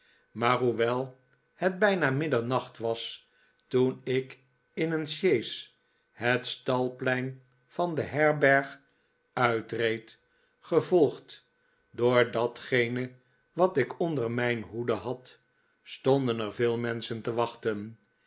maar hoewel het bijna middernacht was toen ik in een sjees het stalplein van de herberg uitreed gevolgd door datgene wat ik onder mijn hoede had stonden er veel menschen te wachten